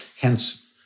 Hence